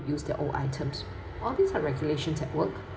reuse their old items all these are regulations at work